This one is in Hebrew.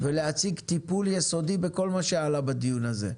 ולהציג טיפול יסודי בכל מה שעלה בדיון הזה,